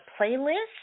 playlist